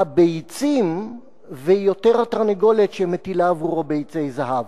הביצים ויותר התרנגולת שמטילה עבורו ביצי זהב.